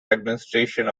administration